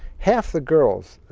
half the girls,